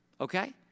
okay